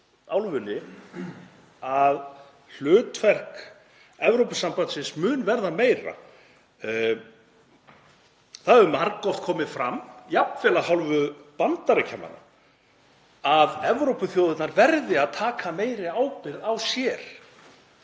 álfunni að hlutverk Evrópusambandsins mun verða stærra. Það hefur margoft komið fram, jafnvel af hálfu Bandaríkjamanna, að Evrópuþjóðirnar verði að taka meiri ábyrgð á sér